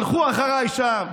הלכו אחריי שם.